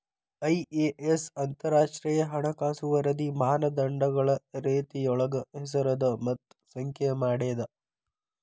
IAS ಅಂತರಾಷ್ಟ್ರೇಯ ಹಣಕಾಸು ವರದಿ ಮಾನದಂಡಗಳ ರೇತಿಯೊಳಗ ಹೆಸರದ ಮತ್ತ ಸಂಖ್ಯೆ ಮಾಡೇದ